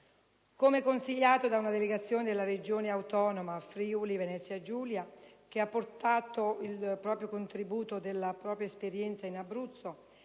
Come consigliato da una delegazione della Regione autonoma Friuli Venezia Giulia, che ha portato il contributo della propria esperienza in Abruzzo,